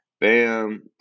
Bam